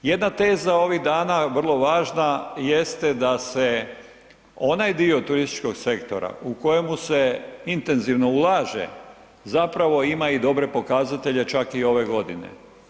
Jedna teza ovih dana vrlo važna jeste da se onaj dio turističkog sektora u kojemu se intenzivno ulaže, zapravo ima i dobre pokazatelje čak i ove godine.